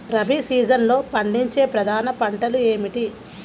రబీ సీజన్లో పండించే ప్రధాన పంటలు ఏమిటీ?